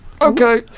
Okay